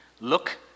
look